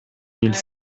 mille